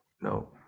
No